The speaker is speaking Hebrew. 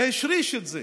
והשריש את זה